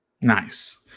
nice